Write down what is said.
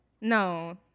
No